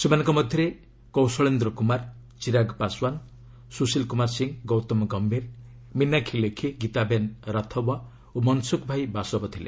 ସେମାନଙ୍କ ମଧ୍ୟରେ କୌଶଳେନ୍ଦ୍ର କୁମାର ଚିରାଗ ପାଶୱାନ୍ ସୁଶୀଲ କୁମାର ସିଂହ ଗୌତମ ଗମ୍ଭୀର ମିନାକ୍ଷୀ ଲେଖି ଗୀତାବେନ୍ ରାଥଓ୍ୱା ଓ ମନ୍ସୁଖ୍ ଭାଇ ବାସବ ଥିଲେ